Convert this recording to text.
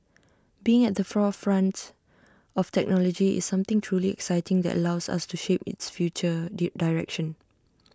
being at the forefront of technology is something truly exciting that allows us to shape its future direction